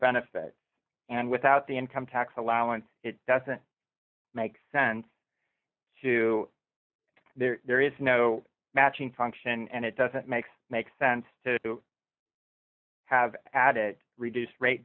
benefit and without the income tax allowance it doesn't make sense to there there is no matching function and it doesn't make make sense to have at it reduced rate